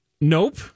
Nope